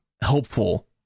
helpful